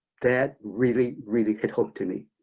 that really, really hit home to me.